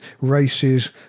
races